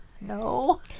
no